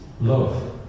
love